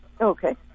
okay